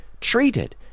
treated